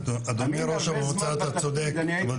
אדוני ראש המועצה, אתה צודק.